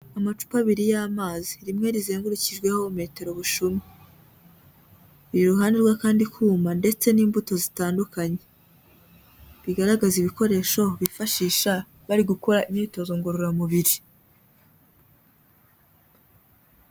Amacupa abiri y'amazi, rimwe rizengurukijweho metero bushumi, iruhande rw'akandi kuma ndetse n'imbuto zitandukanye, bigaragaza ibikoresho bifashisha bari gukora imyitozo ngororamubiri.